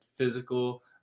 physical